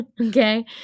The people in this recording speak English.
okay